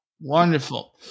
Wonderful